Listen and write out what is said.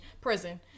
prison